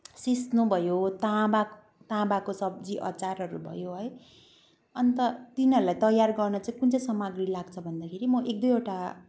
सिस्नु भयो तामा तामाको सब्जी अचारहरू भयो है अनि त तिनीहरूलाई तयार गर्न चाहिँ कुन चाहिँ समानहरू लाग्छ भन्दाखेरि म एक दुईवटा